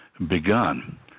begun